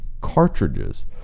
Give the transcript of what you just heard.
cartridges